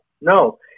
no